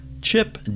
Chip